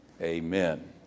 amen